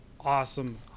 awesome